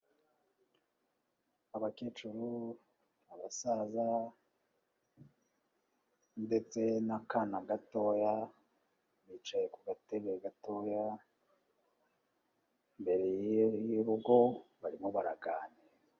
Abakecuru, abasaza ndetse n'akana gatoya bicaye ku gatebe gatoya, imbere y'urugo barimo baraganira.